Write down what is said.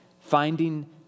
finding